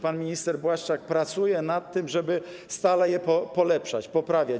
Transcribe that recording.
Pan minister Błaszczak pracuje nad tym, żeby stale je polepszać, poprawiać.